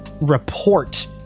report